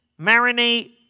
Marinate